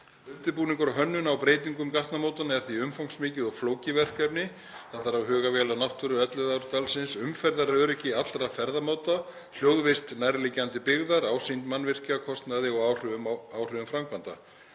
Undirbúningur og hönnun á breytingum gatnamótanna er því umfangsmikið og flókið verkefni. Það þarf að huga vel að náttúru Elliðaárdalsins, umferðaröryggi allra ferðamáta, hljóðvist nærliggjandi byggðar, ásýnd mannvirkja, kostnaði og áhrifum framkvæmda.